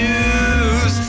News